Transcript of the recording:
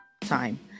time